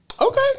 Okay